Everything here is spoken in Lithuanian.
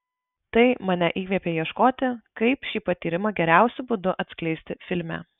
tai mane įkvėpė ieškoti kaip šį patyrimą geriausiu būdu atskleisti filme